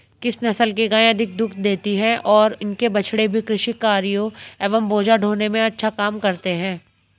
किस नस्ल की गायें अधिक दूध देती हैं और इनके बछड़े भी कृषि कार्यों एवं बोझा ढोने में अच्छा काम करते हैं?